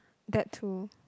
that too